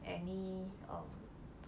any um